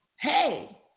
hey